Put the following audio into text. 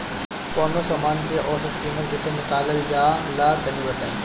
कवनो समान के औसत कीमत कैसे निकालल जा ला तनी बताई?